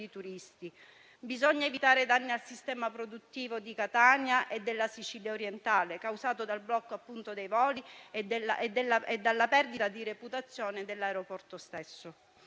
turisti. Bisogna evitare danni al sistema produttivo di Catania e della Sicilia orientale, causati dal blocco dei voli e dalla perdita di reputazione dell'aeroporto stesso.